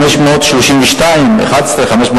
532,000,